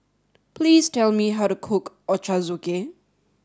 please tell me how to cook Ochazuke